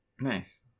Nice